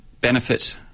benefit